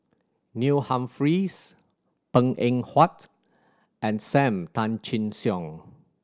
Neil Humphreys Png Eng Huat and Sam Tan Chin Siong